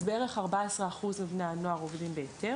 אז בערך 14% מבני הנוער שעובדים,